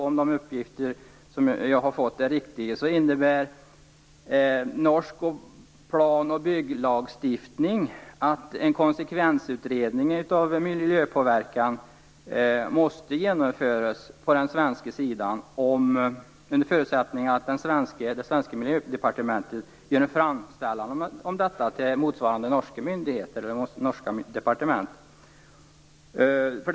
Om de uppgifter som jag har fått är riktiga innebär norsk plan och bygglagstiftning att en konsekvensutredning när det gäller miljöpåverkan på den svenska sidan måste genomföras under förutsättning att det svenska miljödepartementet gör en framställan om det till det motsvarande norska departementet.